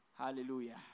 Hallelujah